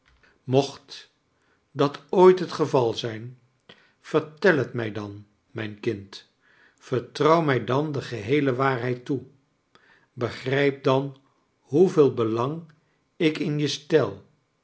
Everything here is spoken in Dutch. mocht dat ooit het geval zijn vertel het mij dan mijn kind vertrouw mij dan de geheele waarheid toe begrijp dan hoeveel belang ik in je stel